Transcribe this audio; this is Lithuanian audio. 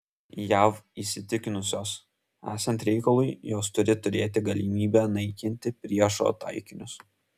jav įsitikinusios esant reikalui jos turi turėti galimybę naikinti priešo taikinius